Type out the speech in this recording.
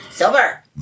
Silver